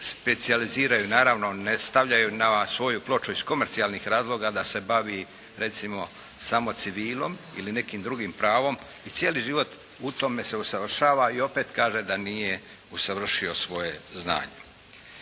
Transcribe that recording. specijaliziraju, naravno ne stavljaju na svoju ploču iz komercijalnih razloga da se bavi recimo samo civilom ili nekim drugim pravom i cijeli život u tome se usavršava i opet kaže da nije usavršio svoje znanje.